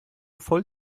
voll